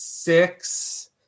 Six